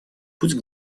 путь